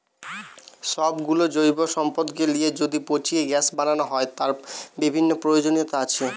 সব গুলো জৈব সম্পদকে লিয়ে যদি পচিয়ে গ্যাস বানানো হয়, তার বিভিন্ন প্রয়োজনীয়তা আছে